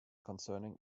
concerning